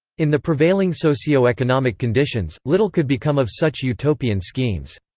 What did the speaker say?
in the prevailing socio-economic conditions, little could become of such utopian schemes.